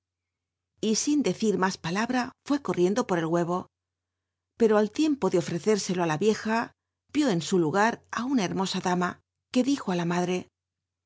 y in dcrir jllib palabra fng corriendo por d hneyo ptro al tiempo tic ofrccér t'lo il la vieja vió en su lugar it una lu ruw a dama iiuc dijo á la machc